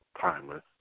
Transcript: timeless